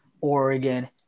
Oregon